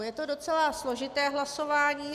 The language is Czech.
Je to docela složité hlasování.